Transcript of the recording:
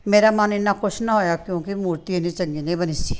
ਮੇਰਾ ਮਨ ਇੰਨਾ ਖੁਸ਼ ਨਾ ਹੋਇਆ ਕਿਉਂਕਿ ਮੂਰਤੀ ਇੰਨੀ ਚੰਗੀ ਨਹੀਂ ਬਣੀ ਸੀ